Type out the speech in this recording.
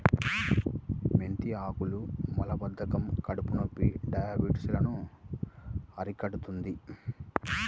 మెంతి ఆకులు మలబద్ధకం, కడుపునొప్పి, డయాబెటిస్ లను అరికడుతుంది